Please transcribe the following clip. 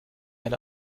eine